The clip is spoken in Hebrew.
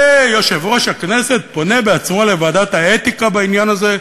ויושב-ראש הכנסת פונה בעצמו לוועדת האתיקה בעניין הזה.